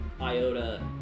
IOTA